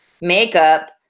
makeup